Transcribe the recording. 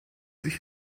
sich